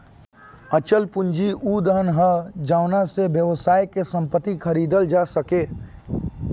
अचल पूंजी उ धन ह जावना से व्यवसाय के संपत्ति खरीदल जा सके